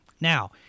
Now